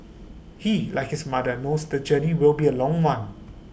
he like his mother knows the journey will be A long one